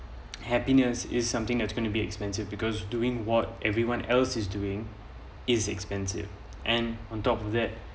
happiness is something that's gonna o be expensive because doing what everyone else is doing is expensive and on top of that